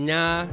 Nah